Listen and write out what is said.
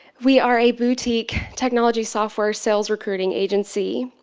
we are a boutique technology software sales recruiting agency.